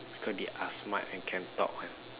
cause they are smart and can talk